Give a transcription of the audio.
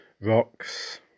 rocks